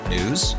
News